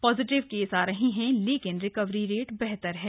positive case आ रहे हैं लेकिन रिकवरी रेट भी बेहतर है